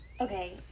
Okay